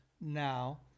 now